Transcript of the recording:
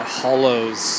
hollows